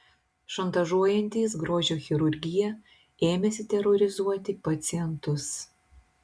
šantažuojantys grožio chirurgiją ėmėsi terorizuoti pacientus